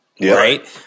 right